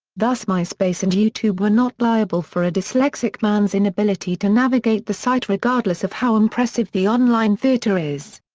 thus myspace and youtube were not liable for a dyslexic man's inability to navigate the site regardless of how impressive the online theater is.